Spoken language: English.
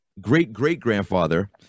great-great-grandfather